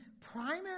primary